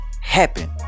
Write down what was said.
happen